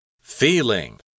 feeling